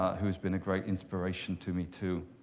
who has been a great inspiration to me too.